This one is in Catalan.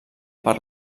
per